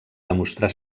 demostrar